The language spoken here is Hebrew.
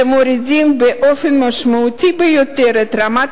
שמורידים באופן משמעותי ביותר את רמת